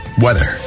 weather